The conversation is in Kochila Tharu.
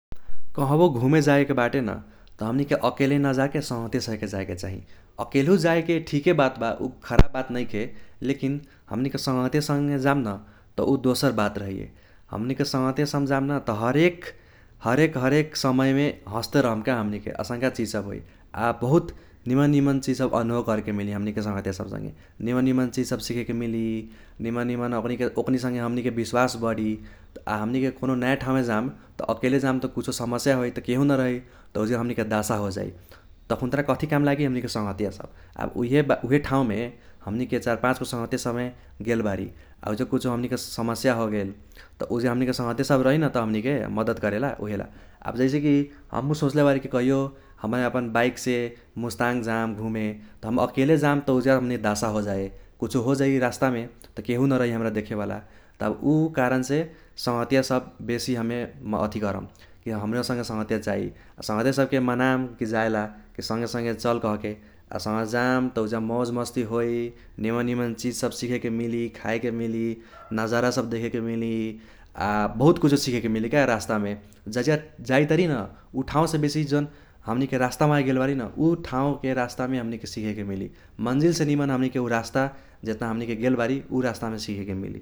कहबो घूमे जाइके बाटे न त हमनीके अकेले न जाके संगहतिया संगे जाइके चाही। अकेलहू जाइके ठीके बात बा उ खराब बात नैखे लेकिन हमनीके संगहतिया संगे जाम न त उ दोसर बात रहैये। हमनीके संगहतिया संग जाम न त हरेक हरेक हरेक समयमे हस्ते रहम का हमनीके असंका चिज सब होइ। आ बहुत निमन निमन चिज सब अनुभव करेके मिली हमनीके संगहतिया सब संगे निमन निमन चिज सब सीखेके मिली निमन निमन ओकनीके ओकनी संगे हमनीके बिस्वास बढी। आ हमनीके कौनो नाया ठाउमे जाम त अकेले जाम त कुछो समस्या होइ त केहु न रही त उजगा हमनीके दासा होजाई तखून्त्रा कथी काम लागि हमनीके संगहतिया सब। आब उइहे ठाउमे हमनीके चार पाचगो संगहतिया संगे गेल बारी आ उजगा कुछो हमनीके समस्या होगेल त उजगा हमनीके संगहतिया सब रही न हमनीके मद्दत करेला उहेला। आब जैसे कि हमहु सोचले बारी कि कहियो हमे अपन बाइकसे मुस्ताङ जाम घूमे त हम अकेले जाम त उजगा हमनीके दास होजाई। कुछो होजाई रास्तामे त केहु न रही हमरा देखेवाला त उ कारणसे संगहतिया सब बेसी हमे अथि करम कि हमरो संगे संगहतिया चाही। आ संगहतिया सबके मनाम कि जाइला कि संगे संगे चल कहके आ संगे जाम त उजगा मौज मस्ती होइ निमन निमन चिज सब सीखेके मिली खाईके मिली नाजरा सब देखेके मिली आ बहुत कुछों सीखेके मिली का रास्तामे जैसे जाइतारि न उ ठाउसे बेसी जौन हमनीके रास्ता माहे गेल बारी न उ ठाउके रास्तामे हमनीके सीखेके मिली। मन्जिलसे निमन हमनीके उ रास्ता जेतना हमनीके गेल बारी उ रास्तामे सीखेके मिली।